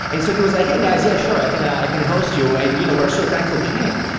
and so he was like, hey, guys. yeah, sure, i can i can host you. and you know we're so thankful to him,